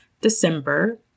December